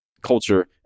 culture